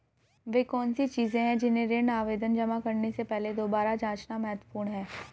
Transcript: वे कौन सी चीजें हैं जिन्हें ऋण आवेदन जमा करने से पहले दोबारा जांचना महत्वपूर्ण है?